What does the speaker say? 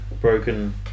broken